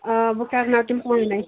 آ بہٕ کَرناو تِم پانے